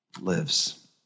lives